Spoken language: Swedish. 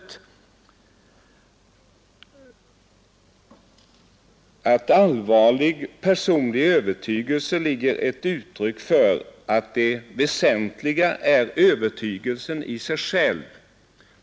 ”I formuleringen allvarlig personlig övertygelse ligger ett uttryck för att det väsentliga är övertygelsen i sig själv.